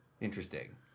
Interesting